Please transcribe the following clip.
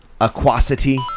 aquacity